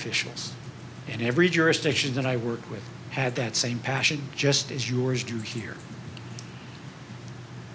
officials in every jurisdiction that i work with had that same passion just as yours do here